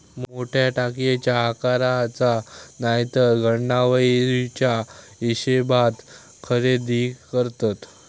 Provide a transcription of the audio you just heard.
मोठ्या टाकयेच्या आकाराचा नायतर घडणावळीच्या हिशेबात खरेदी करतत